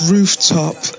Rooftop